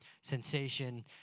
sensation